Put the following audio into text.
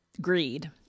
greed